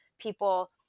people